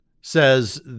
says